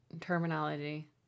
terminology